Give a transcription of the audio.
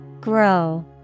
Grow